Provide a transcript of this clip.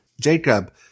Jacob